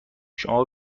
شما